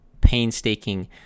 painstaking